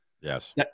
Yes